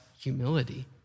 humility